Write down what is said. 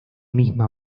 misma